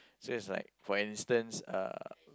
so it's like for instance uh